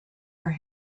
are